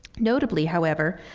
notably, however,